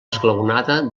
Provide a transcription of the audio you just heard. esglaonada